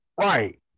Right